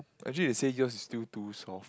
actually it says yours is still too soft